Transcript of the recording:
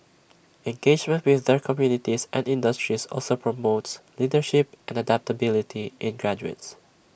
engagement with their communities and industries also promotes leadership and adaptability in graduates